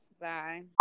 Bye